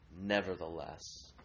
nevertheless